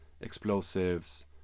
explosives